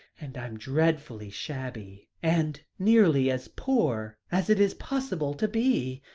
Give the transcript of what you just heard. and i'm dreadfully shabby, and nearly as poor as it is possible to be.